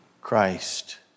Christ